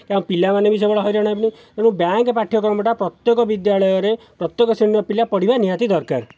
କି ଆମ ପିଲାମାନେ ବି ସେଇଭଳିଆ ହଇରାଣ ହେବେନି ଏବଂ ବ୍ୟାଙ୍କ୍ ପାଠ୍ୟକ୍ରମ୍ୟଟା ପ୍ରତ୍ୟେକ ବିଦ୍ୟାଳୟରେ ପ୍ରତ୍ୟେକ ଶ୍ରେଣୀର ପିଲା ପଢ଼ିବା ନିହାତି ଦରକାର